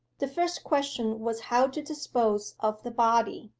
the first question was how to dispose of the body.